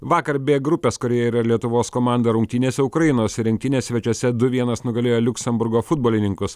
vakar b grupės kurioje yra ir lietuvos komanda rungtynėse ukrainos rinktinė svečiuose du vienas nugalėjo liuksemburgo futbolininkus